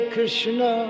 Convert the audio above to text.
Krishna